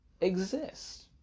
exist